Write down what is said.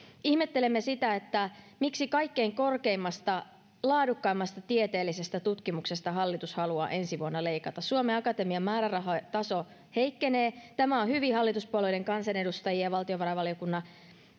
ihmettelemme sitä miksi kaikkein korkeimmasta laadukkaimmasta tieteellisestä tutkimuksesta hallitus haluaa ensi vuonna leikata suomen akatemian määrärahataso heikkenee tämä on hyvin hallituspuolueiden kansanedustajien ja valtiovarainvaliokunnan